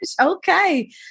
Okay